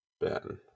Ben